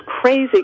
crazy